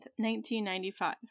1995